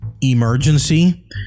emergency